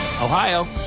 Ohio